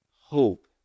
Hope